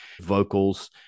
vocals